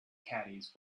caddies